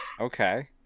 okay